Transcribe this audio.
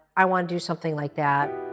i wanna do something like that.